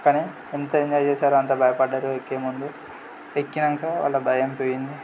కానీ ఎంత ఎంజాయ్ చేసారో అంత భయపడ్డారు ఎక్కేముందు ఎక్కినాక వాళ్ళ భయం పోయింది